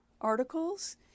articles